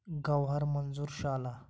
Gowhar Manzoor Shehla